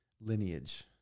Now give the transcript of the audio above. lineage